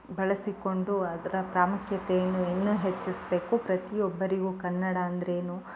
ಬಳಸಿಕೊಂಡು ಅದರ ಪ್ರಾಮುಖ್ಯತೆಯನ್ನು ಇನ್ನು ಹೆಚ್ಚಿಸ್ಬೇಕು ಪ್ರತಿಯೊಬ್ಬರಿಗೂ ಕನ್ನಡ ಅಂದರೇನು